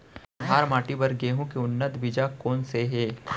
कन्हार माटी बर गेहूँ के उन्नत बीजा कोन से हे?